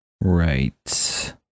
Right